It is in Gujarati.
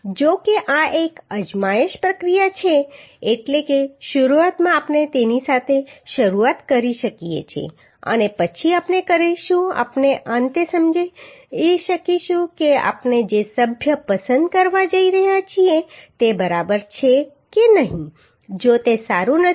જો કે આ એક અજમાયશ પ્રક્રિયા છે એટલે કે શરૂઆતમાં આપણે તેની સાથે શરૂઆત કરી શકીએ છીએ અને પછી આપણે કરીશું આપણે અંતે સમજી શકીશું કે આપણે જે સભ્ય પસંદ કવા જઈ રહ્યા છીએ તે બરાબર છે કે નહીં જો તે સારું નથી